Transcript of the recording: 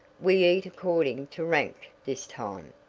we eat according to rank this time.